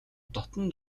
дотно